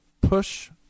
push